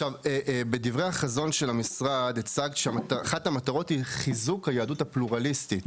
בדברי החזון של המשרד הצגת שאחת המטרות היא: חיזוק היהדות הפלורליסטית.